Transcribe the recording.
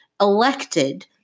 elected